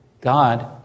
God